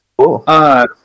Cool